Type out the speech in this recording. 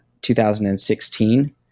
2016